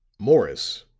morris,